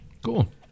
Cool